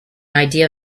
idea